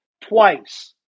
twice